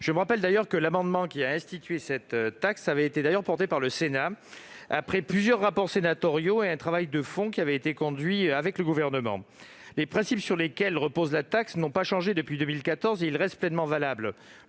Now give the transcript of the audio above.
Je me souviens d'ailleurs que l'amendement ayant institué cette taxe avait été adopté par le Sénat, après plusieurs rapports sénatoriaux et un travail de fond conduit avec le Gouvernement. Les principes sur lesquels repose la taxe, qui n'ont pas changé depuis 2014, restent pleinement valables.